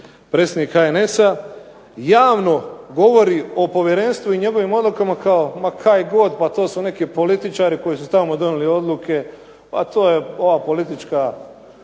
predsjednik HNS-a, javno govori o povjerenstvu i njegovim odlukama kao ma kaj god, pa to su neki političari koji su tamo donijeli odluke, pa to je ova politička